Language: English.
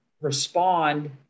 respond